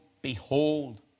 Behold